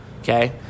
Okay